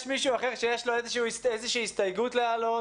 יש מישהו שיש לו איזו הסתייגות להעלות?